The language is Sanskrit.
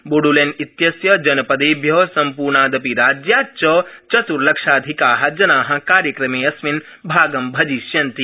बोडोलैंड इत्यस्य जनपदेभ्यः सम्पूर्णादपि राज्याच्च चत्र्लक्षाधिका जना कार्यक्रमे अस्मिन् भागं भजिष्यन्ति